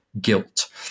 guilt